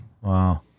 Wow